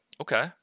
Okay